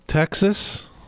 Texas